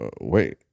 Wait